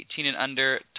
18-and-under